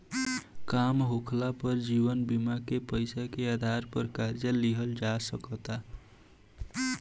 काम होखाला पर जीवन बीमा के पैसा के आधार पर कर्जा लिहल जा सकता